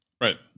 Right